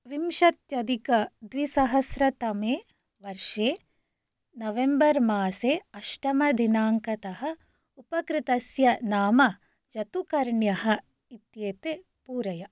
विंशत्यधिकद्विसहस्रतमे वर्षे नवेम्बर् मासे अष्टमदिनाङ्कःतः उपकृतस्य नाम जतुकर्ण्यः इत्येते पूरय